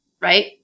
right